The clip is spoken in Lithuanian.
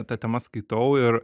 ta tema skaitau ir